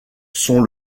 sont